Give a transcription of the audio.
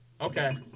Okay